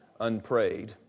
unprayed